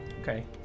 Okay